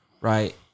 Right